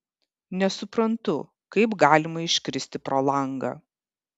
nesuprantu kaip galima iškristi pro langą